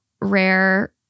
Rare